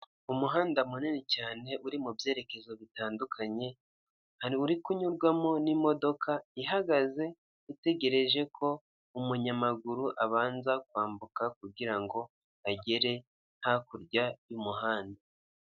Umuhanda munini cyane uri mu byerekezo bitandukanye hari uri kunyurwamo n'imodoka ihagaze itegereje ko umunyamaguru abanza kwambuka kugira agere hakurya y'umuhanda.